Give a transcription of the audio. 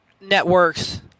networks